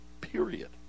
period